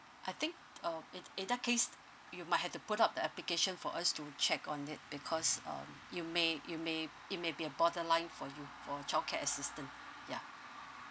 I think um in in that case you might have to put up the application for us to check on it because um you may you may it may be a borderline for you for childcare assistance ya